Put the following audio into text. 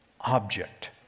object